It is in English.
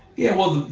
yeah, well,